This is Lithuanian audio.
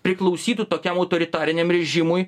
priklausytų tokiam autoritariniam režimui